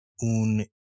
un